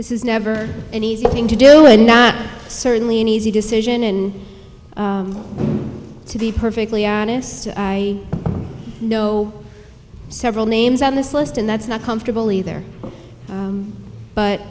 this is never an easy thing to do and not certainly an easy decision and to be perfectly honest i know several names on this list and that's not comfortable either